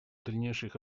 дальнейших